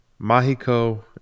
Mahiko